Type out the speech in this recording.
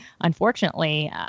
unfortunately